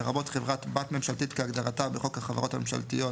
לרבות חברת בת ממשלתית כהגדרתה בחוק החברות הממשלתיות,